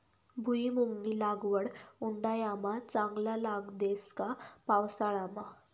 भुईमुंगनी लागवड उंडायामा चांगला लाग देस का पावसाळामा